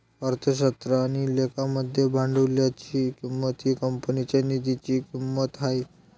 अर्थशास्त्र आणि लेखा मध्ये भांडवलाची किंमत ही कंपनीच्या निधीची किंमत आहे